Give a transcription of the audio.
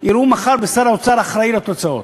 יראו מחר בשר האוצר אחראי לתוצאות.